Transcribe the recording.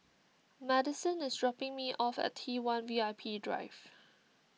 Madisen is dropping me off at T one V I P Drive